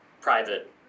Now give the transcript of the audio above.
private